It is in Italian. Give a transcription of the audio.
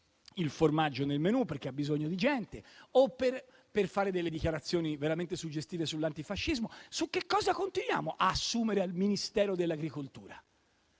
il formaggio nel menù, perché ha bisogno di gente, o per fare delle dichiarazioni veramente suggestive sull'antifascismo. Per quale motivo continuiamo ad assumere al Ministero dell'agricoltura?